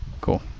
cool